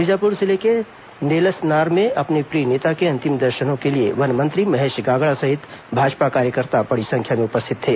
बीजापुर जिले के नेलसनार में अपने प्रिय नेता के अंतिम दर्शनों के लिए वन मंत्री महेश गागड़ा सहित भाजपा कार्यकर्ता बड़ी संख्या में उपस्थित थे